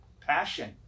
Passion